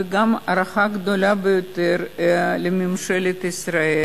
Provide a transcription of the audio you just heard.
וגם הערכה גדולה ביותר לממשלת ישראל,